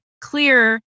clear